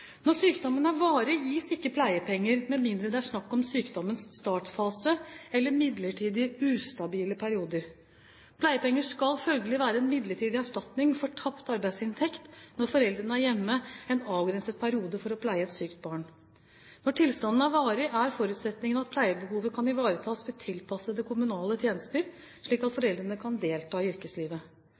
Når sykdommen er varig, gis ikke pleiepenger med mindre det er snakk om sykdommens startfase eller midlertidig ustabile perioder. Pleiepenger skal følgelig være en midlertidig erstatning for tapt arbeidsinntekt når foreldrene er hjemme en avgrenset periode for å pleie et sykt barn. Når tilstanden er varig, er forutsetningen at pleiebehovet kan ivaretas ved tilpassede kommunale tjenester, slik at foreldrene kan delta i yrkeslivet.